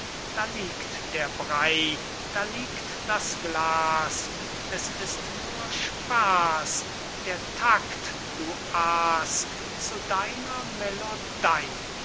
da liegt der brey da liegt das glas es ist nur spaß der tact du aas zu deiner